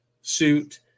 suit